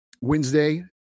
Wednesday